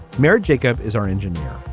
mara jacob is our engineer.